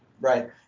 right